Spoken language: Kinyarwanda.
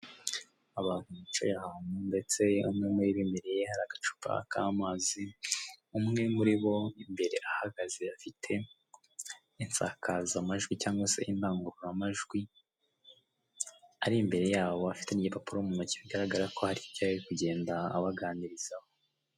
Abantu bicaye ahanu ndetse umwe muri bo imbereye hari agacupa k'amazi umwe muri bo ahagaze imbere yabo n detse afite indangurura majwi, afite n'igipapuro mu noki bigaragara ko haribyo arikugenda abaganirizaho.